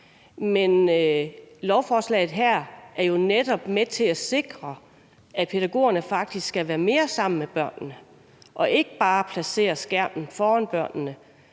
Men lovforslaget her er jo netop med til at sikre, at pædagogerne faktisk skal være mere sammen med børnene, og at de ikke bare placerer skærmen foran børnene,